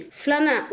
flana